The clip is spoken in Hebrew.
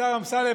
השר אמסלם,